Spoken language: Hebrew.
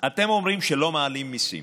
אתם אומרים שלא מעלים מיסים.